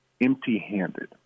empty-handed